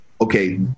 okay